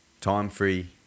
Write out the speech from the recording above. time-free